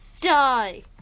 Die